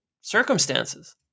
circumstances